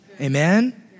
Amen